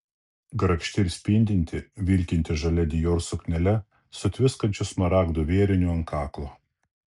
grakšti ir spindinti vilkinti žalia dior suknele su tviskančiu smaragdų vėriniu ant kaklo